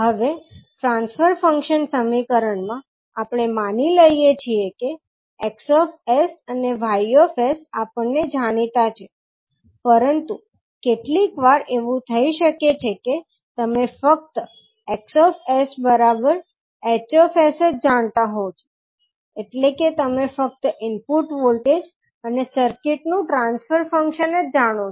હવે transfer function સમીકરણમાં આપણે માની લઈએ છીએ કે 𝑋𝑠 અને 𝑌𝑠 આપણને જાણીતા છે પરંતુ કેટલીકવાર એવું થઈ શકે છે કે તમે ફક્ત 𝑋𝑠 𝐻𝑠 જ જાણતા હો છો એટલે કે તમે ફક્ત ઇનપુટ વોલ્ટેજ અને સર્કિટ નું ટ્રાન્સફર ફંક્શન જ જાણો છો